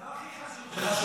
זה לא הכי חשוב, זה חשוב.